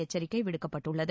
எச்சரிக்கை விடுக்கப்பட்டுள்ளது